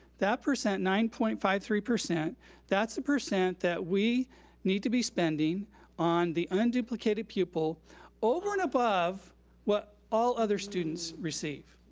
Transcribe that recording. that percent, nine point five three, that's the percent that we need to be spending on the unduplicated pupil over and above what all other students receive.